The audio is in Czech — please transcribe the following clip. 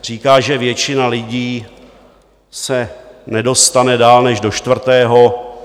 Říká, že většina lidí se nedostane dál než do čtvrtého.